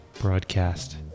broadcast